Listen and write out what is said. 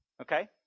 Okay